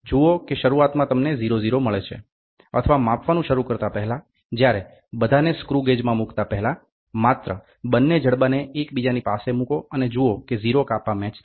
જુઓ કે શરૂઆતમાં તમને 00 મળે છે અથવા માપવાનું શરુ કરતા પહેલા જ્યારે બધાને સ્ક્રુગેજમાં મુકતા પહેલા માત્ર બંને જડબાને એકબીજાની પાસે મુકો અને જુઓ કે 0 કાપા મેચ થાય છે